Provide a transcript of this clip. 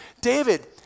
David